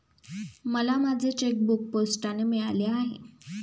मला माझे चेकबूक पोस्टाने मिळाले आहे